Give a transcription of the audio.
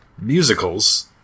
musicals